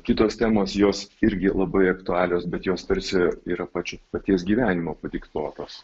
kitos temos jos irgi labai aktualios bet jos tarsi yra pačio paties gyvenimo padiktuotos